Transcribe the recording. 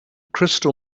crystal